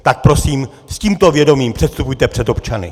Tak prosím, s tímto vědomím předstupujte před občany.